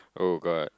oh god